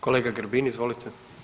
Kolega Grbin, izvolite.